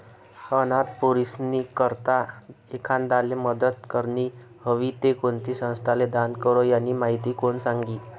अनाथ पोरीस्नी करता एखांदाले मदत करनी व्हयी ते कोणती संस्थाले दान करो, यानी माहिती कोण सांगी